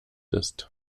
ist